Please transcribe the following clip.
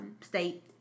State